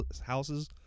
houses